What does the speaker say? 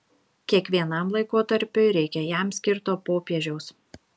kiekvienam laikotarpiui reikia jam skirto popiežiaus